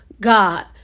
god